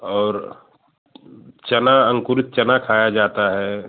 और चना अंकुरित चना खाया जाता है